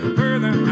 further